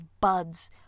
buds